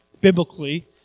biblically